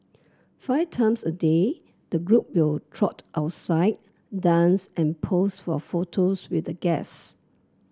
five times a day the group will trot outside dance and pose for photos with the guests